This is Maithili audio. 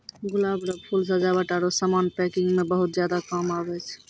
गुलाब रो फूल सजावट आरु समान पैकिंग मे बहुत ज्यादा काम आबै छै